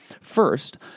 First